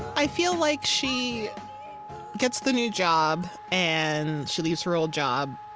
i feel like she gets the new job, and she leaves her old job,